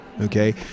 okay